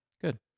good